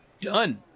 Done